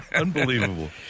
Unbelievable